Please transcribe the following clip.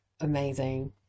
Amazing